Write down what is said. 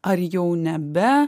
ar jau nebe